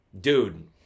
dude